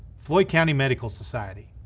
floyd county medical society.